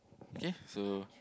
okay so